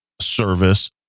Service